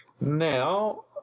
Now